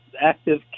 active